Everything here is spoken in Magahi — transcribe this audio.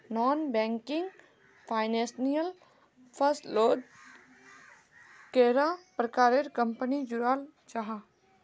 नॉन बैंकिंग फाइनेंशियल फसलोत कैडा प्रकारेर कंपनी जुराल जाहा?